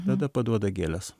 tada paduoda gėles